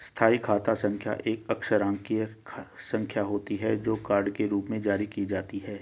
स्थायी खाता संख्या एक अक्षरांकीय संख्या होती है, जो कार्ड के रूप में जारी की जाती है